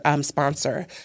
sponsor